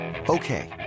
Okay